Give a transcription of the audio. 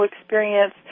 experience